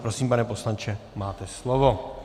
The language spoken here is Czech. Prosím, pane poslanče, máte slovo.